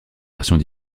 versions